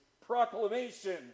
proclamation